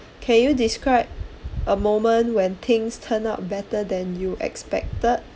can you describe a moment when things turn up better than you expected